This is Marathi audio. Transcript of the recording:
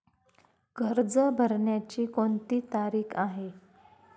कर्ज भरण्याची कोणती तारीख आहे?